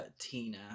Tina